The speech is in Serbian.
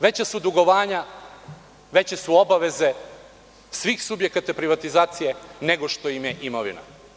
Veća su dugovanja, veće su obaveze svih subjekata privatizacije, nego što im je imovina.